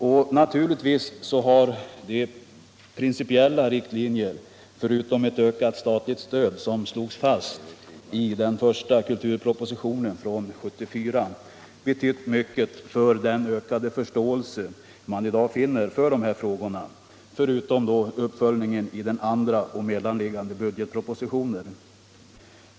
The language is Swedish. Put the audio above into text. Och naturligtvis har de principiella riktlinjer — förutom ett ökat statligt stöd — som slogs fast i den första kulturpropositionen 1974 och följdes upp i senare budgetpropositioner betytt mycket för den ökade förståelse man i dag finner för de här frågorna.